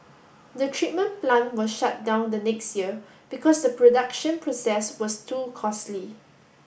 the treatment plant was shut down the next year because the production process was too costly